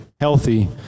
healthy